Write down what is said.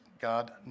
God